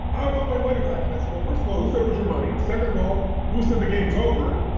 i want my money back. and i say, well, first of all, who said it was your money? second of all, who said the game's over?